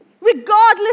regardless